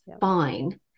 fine